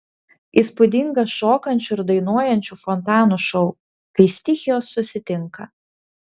įspūdingas šokančių ir dainuojančių fontanų šou kai stichijos susitinka